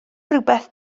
rywbeth